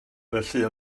felly